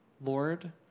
Lord